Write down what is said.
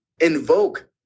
invoke